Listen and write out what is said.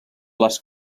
les